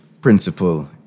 principle